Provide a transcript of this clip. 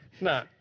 No